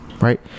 right